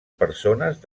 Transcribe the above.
persones